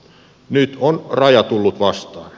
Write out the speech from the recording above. nyt on raja tullut vastaan